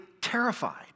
terrified